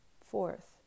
Fourth